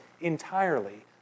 entirely